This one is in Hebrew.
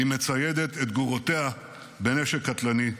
היא מציידת את גרורותיה בנשק קטלני.